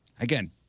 Again